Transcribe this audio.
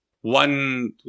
one